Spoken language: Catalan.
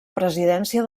presidència